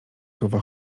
słowa